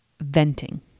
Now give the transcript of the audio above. venting